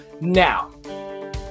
Now